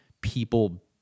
people